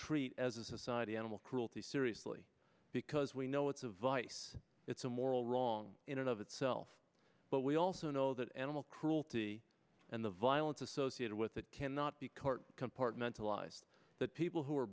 treat as a society animal cruelty seriously because we know it's a vice it's a moral wrong in and of itself but we also know that animal cruelty and the violence associated with it cannot be court compartmentalize that people who are